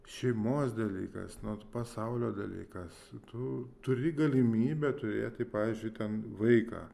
šeimos dalykas nu pasaulio dalykas tu turi galimybę turėti pavyzdžiui ten vaiką